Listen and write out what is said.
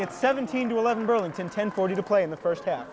at seventeen to eleven burlington ten forty to play in the first